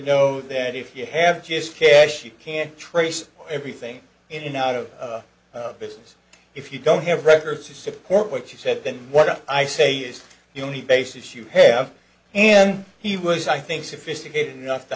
know that if you have just care she can't trace everything in out of business if you don't have records to support what she said then what i say is the only basis you have and he was i think sophisticated enough to